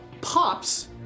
Pops